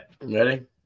Ready